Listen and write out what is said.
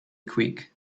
quick